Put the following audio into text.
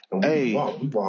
Hey